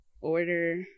order